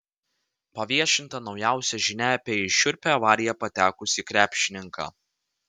paviešinta naujausia žinia apie į šiurpią avariją patekusį krepšininką